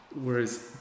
whereas